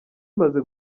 imaze